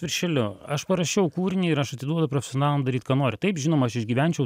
viršeliu aš parašiau kūrinį ir aš atiduodu profesionalam daryt ką nori taip žinoma aš išgyvenčiau